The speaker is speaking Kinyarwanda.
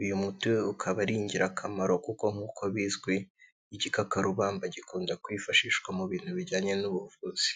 uyu muti ukaba ari ingirakamaro kuko nk'uko bizwi igikakarubamba gikunda kwifashishwa mu bintu bijyanye n'ubuvuzi.